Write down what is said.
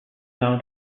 known